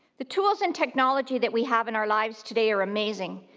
the tools and technology that we have in our lives today are amazing,